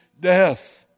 death